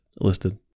listed